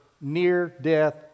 near-death